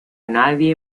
nadie